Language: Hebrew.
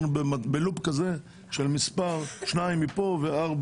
אנחנו ב-לופ כזה של מספר 2 מכאן ו-5